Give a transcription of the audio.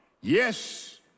Yes